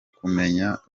kumenya